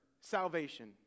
salvation